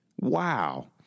Wow